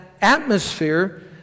atmosphere